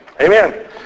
Amen